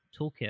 toolkit